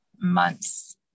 months